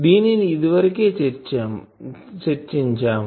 దీనిని ఇది వరకే చర్చించాము